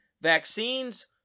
vaccines